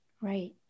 Right